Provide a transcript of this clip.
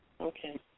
Okay